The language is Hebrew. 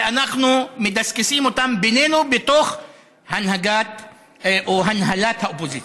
שאנחנו מדסקסים אותם בינינו בתוך הנהגת או הנהלת האופוזיציה.